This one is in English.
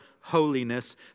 holiness